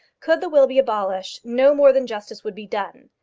could the will be abolished, no more than justice would be done.